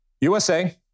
USA